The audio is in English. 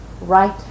right